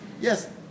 Yes